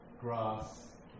grass